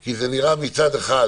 כי נראה מצד אחד